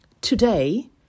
today